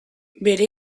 bere